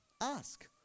ask